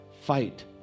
fight